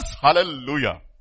Hallelujah